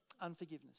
unforgiveness